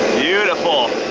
beautiful.